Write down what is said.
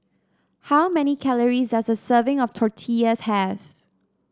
how many calories does a serving of Tortillas have